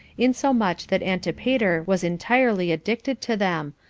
insomuch that antipater was entirely addicted to them,